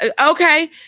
Okay